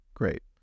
Great